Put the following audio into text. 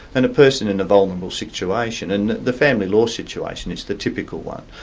and a person in a vulnerable situation, and the family law situation is the typical one,